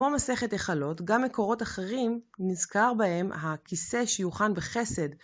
כמו מסכת החלות, גם מקורות אחרים, נזכר בהן הכיסא שיוכן בחסד.